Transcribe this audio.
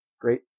Great